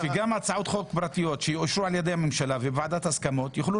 גם הצעות חוק פרטיות שיאושרו על-ידי הממשלה וועדת הסכמות יוכלו